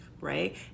right